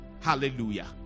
hallelujah